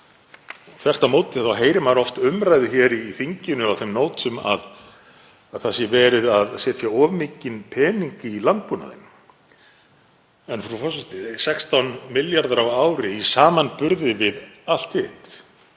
Þvert á móti heyrir maður oft umræðu hér í þinginu á þeim nótum að verið sé að setja of mikinn pening í landbúnaðinn. En, frú forseti, 16 milljarðar á ári í samanburði við allt hitt,